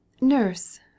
nurse